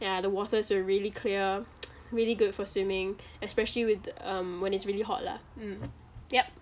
ya the waters are really clear really good for swimming especially with um when it's really hot lah mm yup